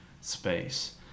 space